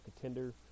contender